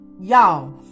Y'all